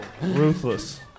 ruthless